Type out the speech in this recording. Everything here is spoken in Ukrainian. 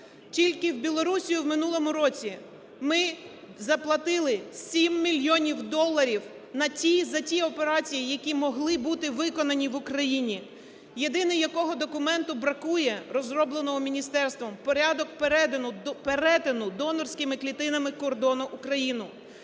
Тільки в Білорусію в минулому році ми заплатили 7 мільйонів доларів на ті... за ті операції, які могли бути виконані в Україні. Єдине, якого документу бракує, розробленого міністерством, – порядку перетину донорськими клітинами кордону України.